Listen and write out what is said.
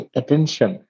attention